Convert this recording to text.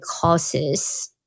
causes